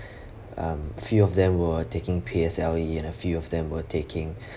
um few of them were taking P_S_L_E and a few of them were taking